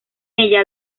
ella